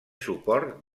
suport